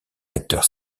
acteurs